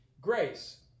grace